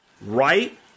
Right